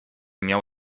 miał